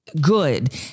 good